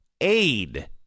aid